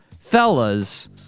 fellas